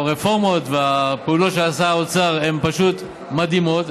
הרפורמות והפעולות שעשה האוצר הן פשוט מדהימות,